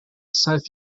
south